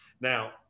Now